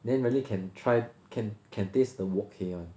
then really can try can can taste the wok hey one